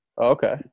Okay